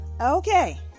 Okay